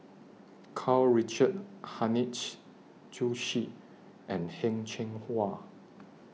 Karl Richard Hanitsch Zhu Xu and Heng Cheng Hwa